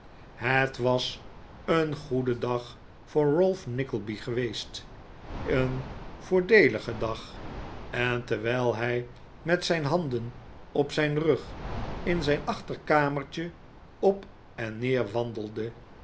het was een goede dag voor ralph nickleby geweest een voordeelige dag en terwijl hij met zijn handen op zijn rug in zijn achterkamertje op en neer wandelde